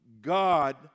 God